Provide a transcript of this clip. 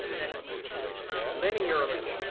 and then um linearly.